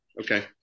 Okay